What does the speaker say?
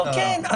כן,